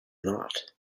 not